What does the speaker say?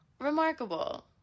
Remarkable